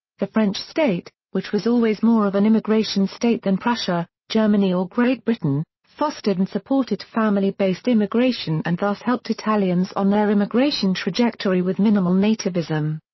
the french state, which was always more of an immigration state than prussia, germany or great britain, fostered and supported family-based immigration and thus helped italians on their immigration trajectory with minimal nativism.